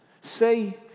say